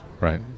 Right